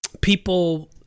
people